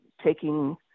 taking